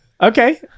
Okay